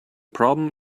problem